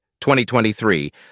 2023